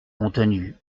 contenue